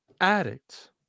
Addict